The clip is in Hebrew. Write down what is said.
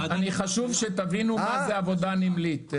חשוב שתבינו מה זה עבודה נמלית.